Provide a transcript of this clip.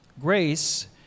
Grace